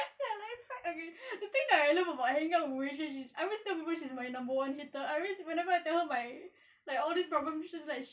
I feel like okay the thing I love about hanging out with vishu is I always tell people she's my number one hater I mean everytime I tell her my like all this problems she's like